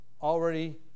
already